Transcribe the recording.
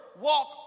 walk